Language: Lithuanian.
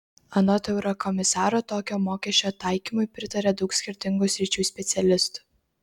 anot eurokomisaro tokio mokesčio taikymui pritaria daug skirtingų sričių specialistų